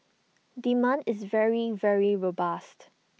demand is very very robust